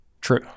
True